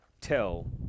tell